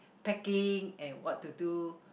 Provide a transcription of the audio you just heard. packing and what to do